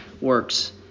works